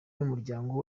n’umuryango